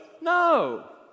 no